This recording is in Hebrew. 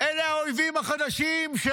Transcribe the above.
אלה האויבים החדשים של